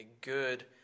good